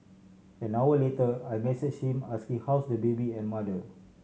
an hour later I messaged him asking how's the baby and mother